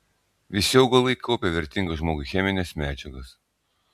visi augalai kaupia vertingas žmogui chemines medžiagas